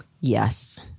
Yes